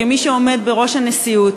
כמי שעומד בראש הנשיאות: